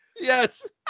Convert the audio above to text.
yes